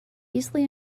easily